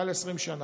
מעל 20 שנה,